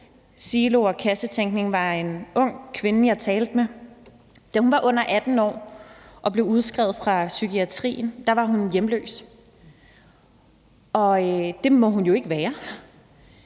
silo- og kassetænkning er en ung kvinde, jeg talte med. Da hun var under 18 år og blev udskrevet fra psykiatrien, var hun hjemløs. Og det må hun jo ikke være,